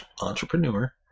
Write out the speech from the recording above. entrepreneur